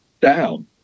down